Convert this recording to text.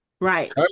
Right